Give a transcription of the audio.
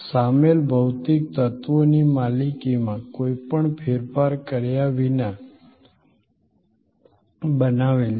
સામેલ ભૌતિક તત્વોની માલિકીમાં કોઈપણ ફેરફાર કર્યા વિના બનાવેલ છે